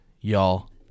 y'all